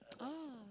ah